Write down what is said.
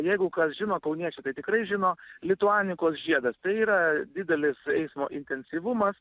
jeigu kas žino kauniečiai tai tikrai žino lituanikos žiedas tai yra didelis eismo intensyvumas